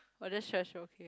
oh just trash okay